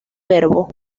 verbo